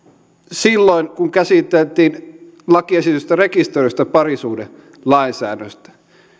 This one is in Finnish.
silloin kun käsiteltiin lakiesitystä rekisteröidystä parisuhdelainsäädännöstä